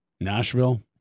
Nashville